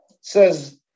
says